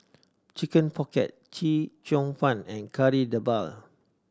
Chicken Pocket Chee Cheong Fun and Kari Debal